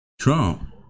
Trump